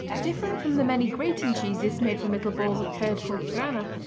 different from the many grating cheeses made from little balls of curd called grana,